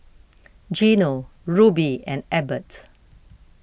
Gino Ruby and Ebert